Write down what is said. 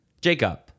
Jacob